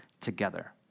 together